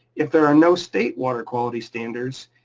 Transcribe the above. if there are no state water quality standards,